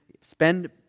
spend